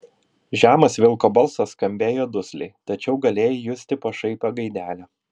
žemas vilko balsas skambėjo dusliai tačiau galėjai justi pašaipią gaidelę